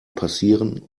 passieren